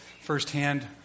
firsthand